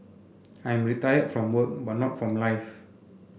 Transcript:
I am retired from work but not from life